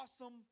awesome